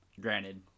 granted